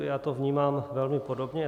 Já to vnímám velmi podobně.